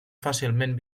fàcilment